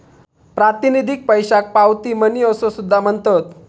प्रातिनिधिक पैशाक पावती मनी असो सुद्धा म्हणतत